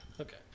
Okay